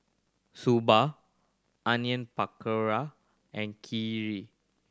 Soba Onion Pakora and Kheer